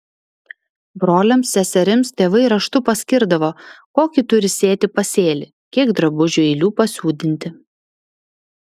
broliams seserims tėvai raštu paskirdavo kokį turi sėti pasėlį kiek drabužių eilių pasiūdinti